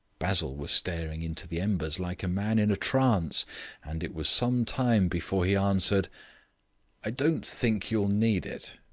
basil was staring into the embers like a man in a trance and it was some time before he answered i don't think you'll need it.